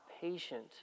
patient